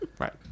right